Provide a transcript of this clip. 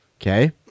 Okay